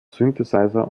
synthesizer